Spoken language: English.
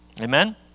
amen